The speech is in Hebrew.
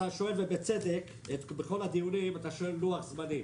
אתה שואל בכל הדיונים לגבי לוח זמנים,